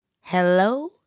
hello